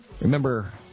Remember